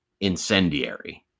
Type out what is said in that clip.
incendiary